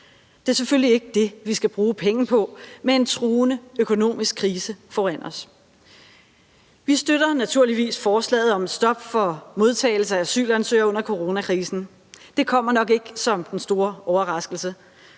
Det er selvfølgelig ikke det, vi skal bruge pengene på, med en truende økonomisk krise foran os. Vi støtter naturligvis forslaget om et stop for modtagelse af asylansøgere under coronakrisen. Det kommer nok ikke som den store overraskelse,